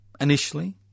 Initially